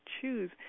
choose